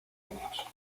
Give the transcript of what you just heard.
años